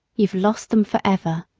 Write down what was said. you've lost them forever,